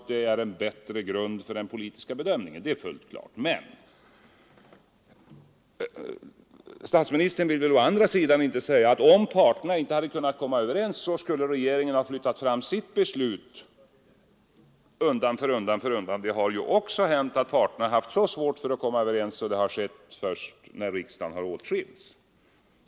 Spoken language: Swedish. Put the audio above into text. Det innebär att vi nu har en bättre grund för den politiska bedömningen. Den saken är fullt klar. Men statsministern ville å andra sidan inte säga, att om parterna inte hade kunnat komma överens så skulle regeringen ha flyttat fram sitt beslut undan för undan. Det har ju också hänt att parterna har haft så svårt att komma överens att detta inte har skett förrän riksdagen åtskilts.